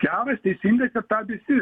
geras teisingas ir tą visi